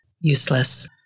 Useless